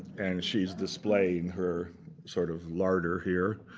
and she's displaying her sort of larder here.